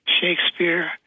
Shakespeare